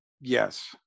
yes